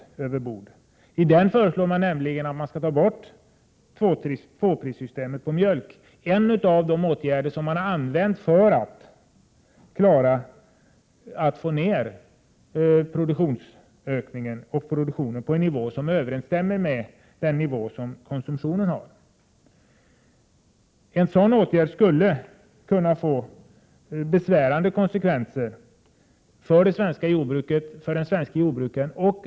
I den propositionen föreslås nämligen att man skall ta bort tvåprissystemet på mjölk, en av de åtgärder som har använts för att få ner produktionen till en nivå som överensstämmer med den nivå som konsumtionen har. En sådan åtgärd skulle kunna få besvärande konsekvenser för det svenska jordbruket och den svenske jordbrukaren.